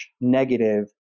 negative